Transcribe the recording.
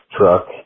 truck